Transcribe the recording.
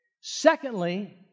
Secondly